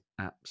apps